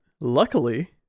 luckily